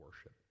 worship